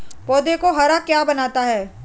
पौधों को हरा क्या बनाता है?